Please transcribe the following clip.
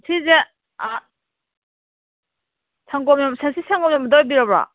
ꯁꯤꯁꯦ ꯁꯪꯒꯣꯝ ꯌꯣꯟꯕꯗꯨ ꯑꯣꯏꯕꯤꯔꯕ꯭ꯔꯣ